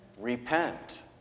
Repent